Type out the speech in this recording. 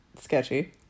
sketchy